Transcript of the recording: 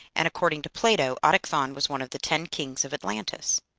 and, according to plato, autochthon was one of the ten kings of atlantis.